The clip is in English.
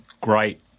great